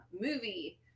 movie